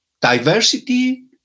diversity